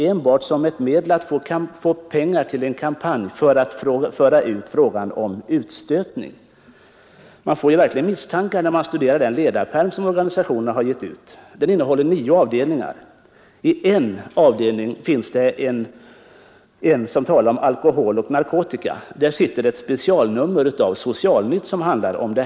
Är den alkoholpolitiska att få pengar till en kampanj för att föra ut frågan om utstötning i skolan? Man blir verkligen misstänksam, när man studerar den ledarpärm som dessa organisationer har givit ut. Den innehåller nio avdelningar. I en av dessa talas det om alkohol och narkotika. Där finns också ett specialnummer av Socialnytt, som handlar om det.